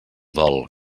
dol